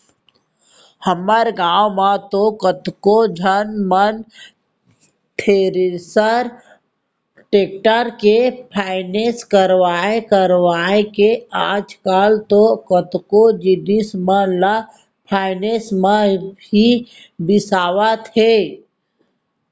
हमर गॉंव म तो कतको झन मन थेरेसर, टेक्टर के फायनेंस करवाय करवाय हे आजकल तो कतको जिनिस मन ल फायनेंस म ही बिसावत हें